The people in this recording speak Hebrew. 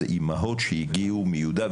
אלה אימהות שהגיעו מיהודה,